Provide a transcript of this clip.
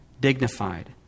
dignified